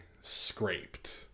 scraped